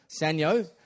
sanyo